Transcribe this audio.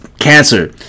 cancer